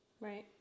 Right